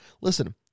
listen